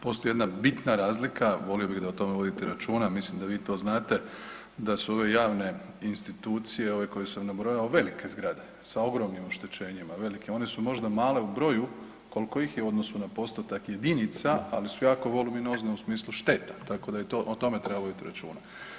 Postoji jedna bitna razlika, volio bih da o tome vodite računa, mislim da vi to znate da su ove javne institucije ove koje sam nabrojao velike zgrade, sa ogromnim oštećenjima, velike, one su možda male u broju koliko ih je u odnosu na postotak jedinica ali su jako voluminozne u smislu šteta tako da i o tome treba voditi računa.